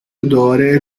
odore